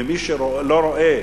ומי שלא רואה